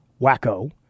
wacko